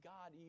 God